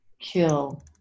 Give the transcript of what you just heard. kill